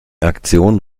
aktion